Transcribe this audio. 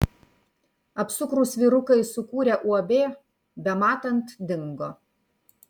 apsukrūs vyrukai sukūrę uab bematant dingo